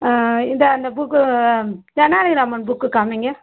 இந்த அந்த book Tenaliraman book காமிங்க